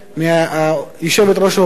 מיושבת-ראש האופוזיציה,